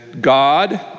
God